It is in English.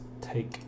take